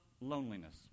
loneliness